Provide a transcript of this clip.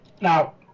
Now